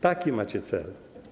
Taki macie cel.